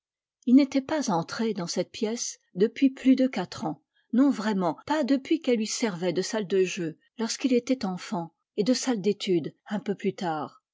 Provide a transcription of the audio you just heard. il n'était pas entré dans cette pièce depuis plus de quatre ans non vraiment pas depuis qu'elle lui servait de salle de jeu lorsqu'il était enfant et de salle d'étude un peu plus tard